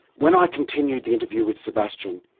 when i continued the interview with sebastian,